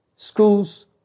Schools